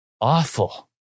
awful